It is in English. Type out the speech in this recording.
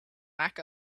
mac